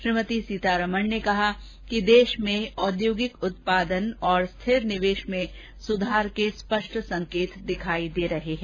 श्रीमती सीतारमण ने कहा कि देश में ओद्यौगिक उत्पादन और स्थिर निवेश में सुधार के स्पष्ट संकेत दिखाई दे रहे हैं